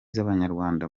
z’abanyarwanda